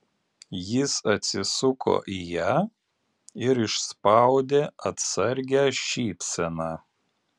jis atsisuko į ją ir išspaudė atsargią šypseną